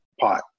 pot